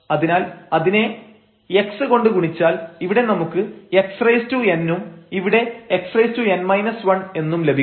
അതിനാൽ അതിനെ x കൊണ്ട് ഗുണിച്ചാൽ ഇവിടെ നമുക്ക് xn ഉം ഇവിടെ xn 1 എന്നും ലഭിക്കും